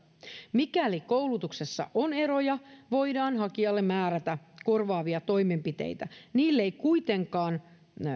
mikäli koulutuksessa on eroja voidaan hakijalle määrätä korvaavia toimenpiteitä niille ei kuitenkaan